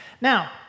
Now